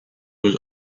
was